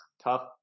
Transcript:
tough